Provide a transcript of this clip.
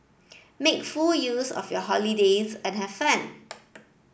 make full use of your holidays and have fun